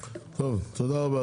טוב, תודה רבה.